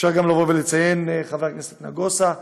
אפשר גם לציין, חבר הכנסת נגוסה,